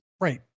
Right